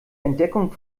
entdeckung